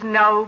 no